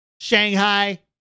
Shanghai